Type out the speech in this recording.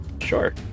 Sure